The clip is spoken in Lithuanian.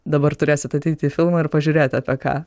dabar turėsit ateit į filmą ir pažiūrėt apie ką